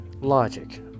logic